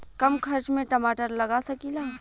कम खर्च में टमाटर लगा सकीला?